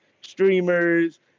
streamers